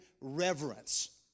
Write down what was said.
reverence